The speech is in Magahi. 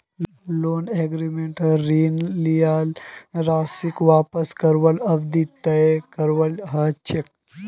लोन एग्रीमेंटत ऋण लील राशीक वापस करवार अवधि तय करवा ह छेक